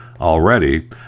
already